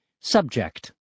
Subject